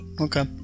Okay